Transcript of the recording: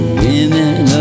women